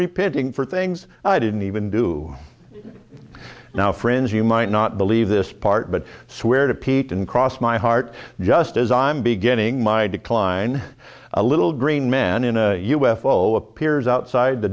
repeating for things i didn't even do now friends you might not believe this part but swear to pete and cross my heart just as i'm beginning my decline a little green man in a u f o appears outside the